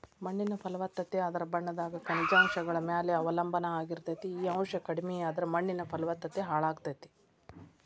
ಮಣ್ಣಿನ ಫಲವತ್ತತೆ ಅದರ ಬಣ್ಣದಾಗ ಖನಿಜಾಂಶಗಳ ಮ್ಯಾಲೆ ಅವಲಂಬನಾ ಆಗಿರ್ತೇತಿ, ಈ ಅಂಶ ಕಡಿಮಿಯಾದ್ರ ಮಣ್ಣಿನ ಫಲವತ್ತತೆ ಹಾಳಾಗ್ತೇತಿ